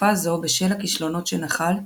בתקופה זו בשל הכשלונות שנחל,